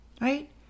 Right